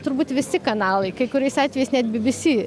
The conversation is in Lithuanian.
turbūt visi kanalai kai kuriais atvejais net bbc